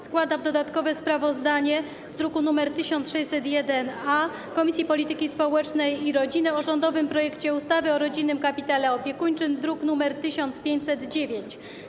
Składam dodatkowe sprawozdanie z druku nr 1601-A Komisji Polityki Społecznej i Rodziny o rządowym projekcie ustawy o rodzinnym kapitale opiekuńczym, druk nr 1509.